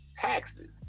taxes